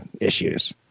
issues